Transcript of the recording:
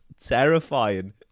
terrifying